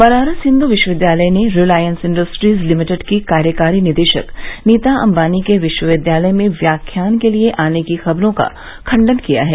बनारस हिंदू विश्वविद्यालय ने Reliance Industries Limited की कार्यकारी निदेशक नीता अंबानी के विश्वविद्यालय में व्याख्यान के लिए आने की खबरों का खंडन किया है